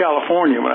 California